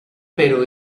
pero